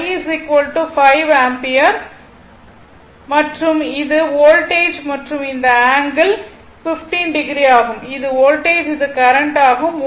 I 5 ampere மற்றும் இது voltage மற்றும் இந்த ஆங்கிள் 15o ஆகும் இது வோல்டேஜ் இது கரண்ட் ஆகும்